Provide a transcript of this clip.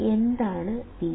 എന്താണ് വിസി